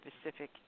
specific